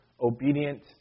obedient